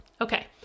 Okay